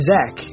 Zach